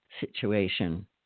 situation